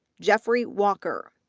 geoffrey walker,